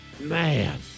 Man